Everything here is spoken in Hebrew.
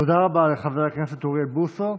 תודה רבה לחבר הכנסת אוריאל בוסו.